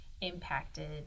impacted